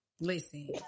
Listen